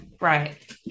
right